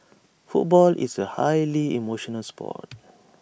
football is A highly emotional Sport